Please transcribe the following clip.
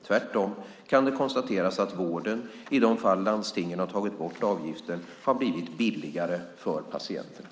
Tvärtom kan det konstateras att vården, i de fall landstingen har tagit bort avgiften, har blivit billigare för patienterna.